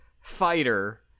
fighter